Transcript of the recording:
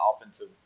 offensive